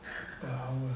per hour